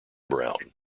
brown